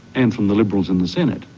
and from the liberals in the senate,